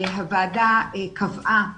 הוועדה קבעה